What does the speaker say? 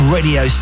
Radio